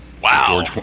Wow